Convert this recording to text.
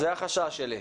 זה החשש שלי.